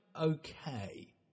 okay